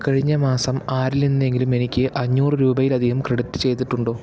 കഴിഞ്ഞമാസം ആരിൽ നിന്നെങ്കിലും എനിക്ക് അഞ്ഞൂറുരൂപയിലധികം ക്രെഡിറ്റ് ചെയ്തിട്ടുണ്ടോ